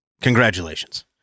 Congratulations